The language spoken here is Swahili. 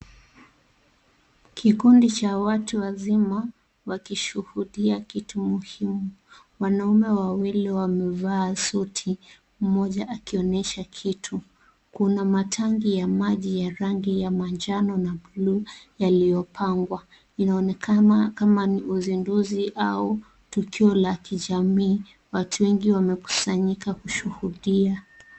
Kikundi cha watu wazima wakishuhudia kitu muhimu wanaume wawili wamevaa suti mmoja akionyesha kitu kuna matangi ya maji ya rangi ya manjano na blue yaliyopangwa inaonekana kama ni uzinduzi au tukio la kijamii watu wengi wamekusanyika kushuhudia.